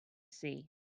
see